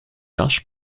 jas